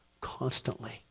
constantly